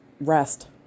rest